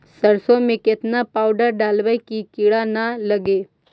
सरसों में केतना पाउडर डालबइ कि किड़ा न लगे?